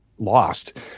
lost